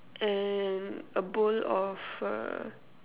and a bowl of err